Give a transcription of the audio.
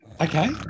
Okay